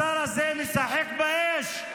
השר הזה משחק באש.